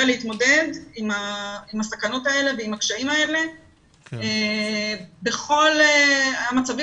להתמודד עם הסכנות האלה ועם הקשיים האלה בכל המצבים